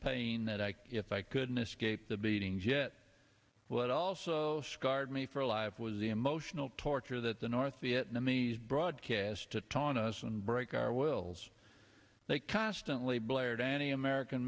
pain that i if i couldn't escape the beatings yet what also scarred me for life was the emotional torture that the north vietnamese broadcasts to taunt us and break our wills they constantly blared any american